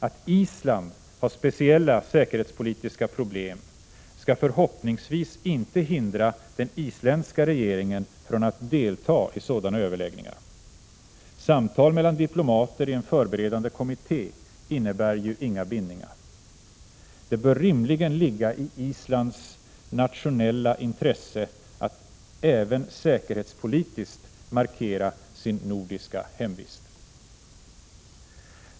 Att Island har speciella säkerhetspolitiska problem skall förhoppningsvis inte hindra den isländska regeringen från att delta i sådana överläggningar. Samtal mellan diplomater i en förberedande kommitté innebär ju inga bindningar. Det bör rimligen ligga i Islands nationella intresse att även säkerhetspolitiskt markera sin nordiska hemvist.